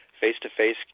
face-to-face